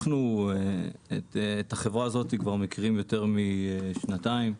אנחנו את החברה הזאת מכירים יותר משנתיים.